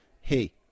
hey